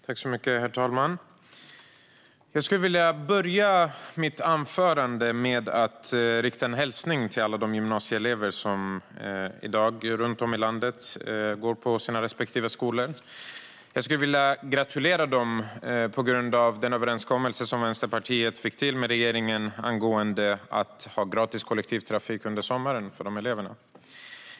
Herr talman! Jag skulle vilja börja mitt anförande med att rikta en hälsning till alla gymnasieelever som går på sina respektive skolor runt om i landet. Jag skulle vilja gratulera dem till den överenskommelse som Vänsterpartiet fick till med regeringen angående gratis kollektivtrafik för gymnasieelever under sommaren.